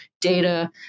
data